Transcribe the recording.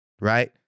right